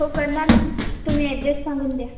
हो करणार ना तुम्ही ॲड्रेस सांगून द्या